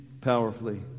powerfully